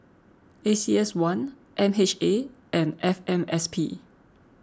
A C S one M H A and F M S P